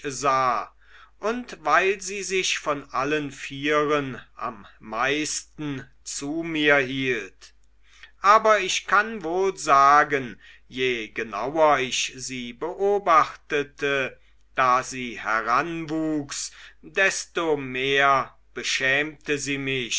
und weil sie sich von allen vieren am meisten zu mir hielt aber ich kann wohl sagen je genauer ich sie beobachtete da sie heranwuchs desto mehr beschämte sie mich